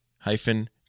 hyphen